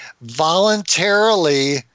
voluntarily